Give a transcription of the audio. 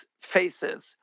faces